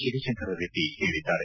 ಶಿವಶಂಕರ ರೆಡ್ಡಿ ಹೇಳಿದ್ದಾರೆ